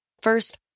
First